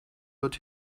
wird